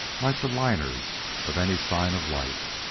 like the liners, of any sign of life.